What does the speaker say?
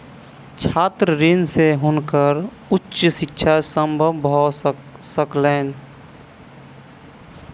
छात्र ऋण से हुनकर उच्च शिक्षा संभव भ सकलैन